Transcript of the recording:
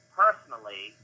personally